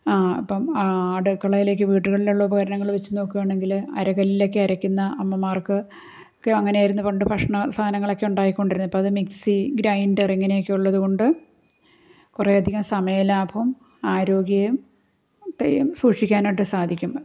ഇപ്പം അടുക്കളയിലേക്ക് വീട്ടിലുള്ള ഉപകരണങ്ങൾ വച്ച് നോക്കുവാണെങ്കിൽ അര കല്ലിലൊക്കെ അരക്കുന്ന അമ്മമാർക്ക് ഒക്കെ അങ്ങനെയായിരുന്നു പണ്ട് ഭക്ഷണ സാധനങ്ങളൊക്കെ ഉണ്ടാക്കി കൊണ്ടിരുന്നത് ഇപ്പോൾ അത് മിക്സി ഗ്രൈൻഡർ ഇങ്ങനെയൊക്കെ ഉള്ളത് കൊണ്ട് കുറെ അധികം സമയ ലാഭം ആരോഗ്യത്തെയും സൂക്ഷിക്കാനായിട്ട് സാധിക്കുന്നു